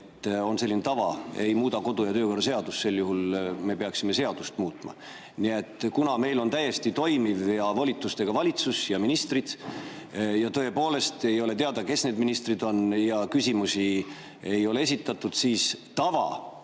on selline tava, ei muuda kodu‑ ja töökorra seadust. Sel juhul me peaksime seadust muutma. Nii et kuna meil on täiesti toimiv ja volitustega valitsus ja on ka ministrid ning tõepoolest ei ole teada, kes need ministrid siin on ja küsimusi ei ole esitatud, siis tava